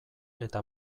eta